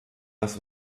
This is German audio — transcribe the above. das